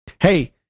Hey